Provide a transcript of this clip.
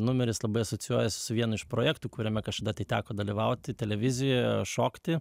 numeris labai asocijuojasi su vienu iš projektų kuriame kažkada teko dalyvauti televizijoje šokti